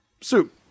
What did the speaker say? Soup